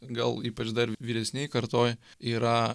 gal ypač dar vyresnėj kartoj yra